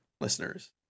listeners